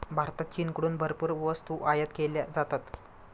भारतात चीनकडून भरपूर वस्तू आयात केल्या जातात